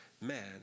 man